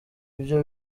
ibyo